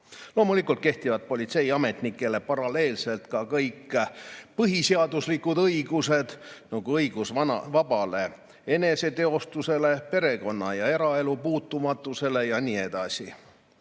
Loomulikult kehtivad politseiametnikele paralleelselt ka kõik põhiseaduslikud õigused, nagu õigus vabale eneseteostusele, perekonna ja eraelu puutumatusele ja nii edasi.